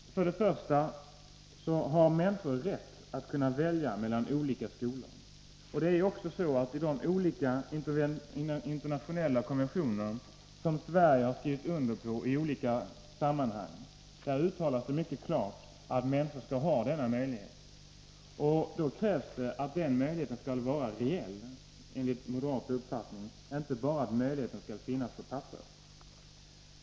För det första har människor rätt att kunna välja mellan olika skolor. I de internationella konventioner som Sverige i olika sammanhang har skrivit under uttalas mycket klart att människor skall ha denna möjlighet. Det krävs enligt moderat uppfattning att denna möjlighet är reell, inte bara att den finns på papperet.